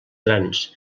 grans